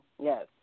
Yes